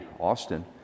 Austin